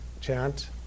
chant